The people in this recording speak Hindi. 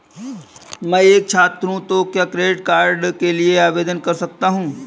मैं एक छात्र हूँ तो क्या क्रेडिट कार्ड के लिए आवेदन कर सकता हूँ?